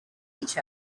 each